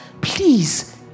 Please